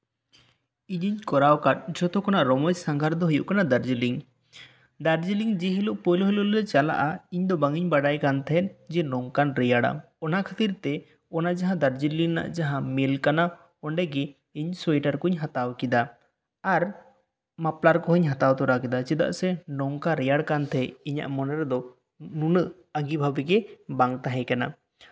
ᱤᱧᱤᱧ ᱠᱚᱨᱟᱣ ᱟᱠᱟᱫ ᱡᱷᱚᱛᱚ ᱠᱷᱱᱟᱜ ᱨᱚᱸᱢᱚᱡ ᱥᱟᱸᱜᱷᱟᱨ ᱫᱚ ᱦᱩᱭᱩᱜ ᱠᱟᱱᱟ ᱫᱟᱨᱡᱤᱞᱤᱝ ᱫᱟᱨᱡᱤᱞᱤᱝ ᱡᱮ ᱦᱤᱞᱳᱜ ᱯᱳᱭᱞᱳ ᱦᱤᱞᱳᱜ ᱞᱮ ᱪᱟᱞᱟᱜᱼᱟ ᱤᱧ ᱫᱚ ᱵᱟᱝᱤᱧ ᱵᱟᱰᱟᱭ ᱠᱟᱱ ᱛᱟᱦᱮᱸᱫ ᱡᱮ ᱱᱚᱝᱠᱟᱱ ᱨᱮᱭᱟᱲᱟ ᱚᱱᱟ ᱠᱷᱟᱹᱛᱤᱨ ᱛᱮ ᱚᱱᱟ ᱡᱟᱦᱟᱸ ᱫᱟᱨᱡᱤᱞᱤᱝ ᱨᱮᱭᱟᱜ ᱢᱤᱞ ᱠᱟᱱᱟ ᱚᱸᱰᱮ ᱜᱮ ᱤᱧ ᱥᱩᱭᱮᱴᱟᱨ ᱠᱩᱧ ᱦᱟᱛᱟᱣ ᱠᱮᱫᱟ ᱟᱨ ᱢᱟᱯᱞᱟᱨ ᱠᱚᱦᱚᱸᱧ ᱦᱟᱛᱟᱣ ᱛᱚᱨᱟ ᱠᱮᱫᱟ ᱪᱮᱫᱟᱜ ᱥᱮ ᱱᱚᱝᱠᱟ ᱨᱮᱭᱟᱲ ᱠᱟᱱ ᱛᱟᱦᱮᱸᱫ ᱤᱧᱟᱹᱜ ᱢᱚᱱᱮ ᱨᱮᱫᱚ ᱱᱩᱱᱟᱹᱜ ᱟᱸᱜᱤᱵᱷᱟᱵᱤ ᱜᱮ ᱵᱟᱝ ᱛᱟᱦᱮᱸ ᱠᱟᱱᱟ